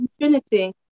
Trinity